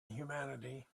humanity